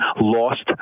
lost